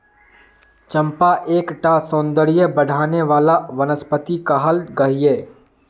चंपा एक टा सौंदर्य बढाने वाला वनस्पति कहाल गहिये